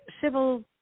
civil